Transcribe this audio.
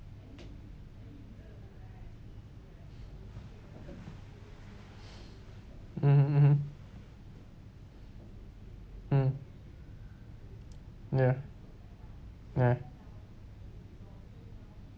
mmhmm mmhmm mm ya ya